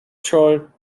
choir